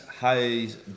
Hayes